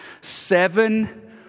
seven